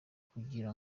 kugira